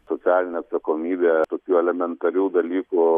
socialinė atsakomybė tokių elementarių dalykų